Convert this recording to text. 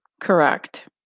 correct